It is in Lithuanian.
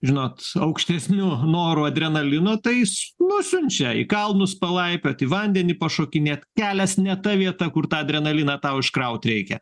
žinot aukštesniu noru adrenalino tais nusiunčia į kalnus palaipiot į vandenį pašokinėt kelias ne ta vieta kur tą adrenaliną tau iškraut reikia